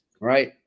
Right